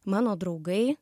mano draugai